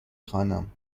خوانم